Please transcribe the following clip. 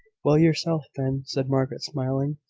well, yourself, then, said margaret, smiling.